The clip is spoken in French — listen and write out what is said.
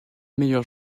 meilleur